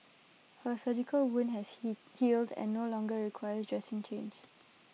her surgical wound has healed and no longer requires dressing change